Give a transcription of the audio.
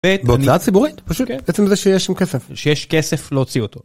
בעצם זה שיש שם כסף שיש כסף להוציא אותו.